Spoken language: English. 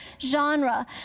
genre